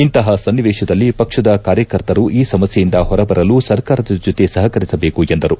ಇಂತಹ ಸನ್ನಿವೇಶದಲ್ಲಿ ಪಕ್ಷದ ಕಾರ್ಯಕರ್ತರು ಈ ಸಮಸ್ಯೆಯಿಂದ ಹೊರಬರಲು ಸರ್ಕಾರದ ಜೊತೆ ಸಹಕರಿಸಬೇಕು ಎಂದರು